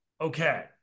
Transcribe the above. Okay